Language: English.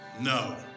No